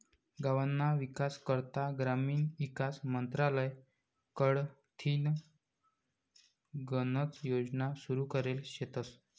गावना ईकास करता ग्रामीण ईकास मंत्रालय कडथीन गनच योजना सुरू करेल शेतस